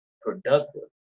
productive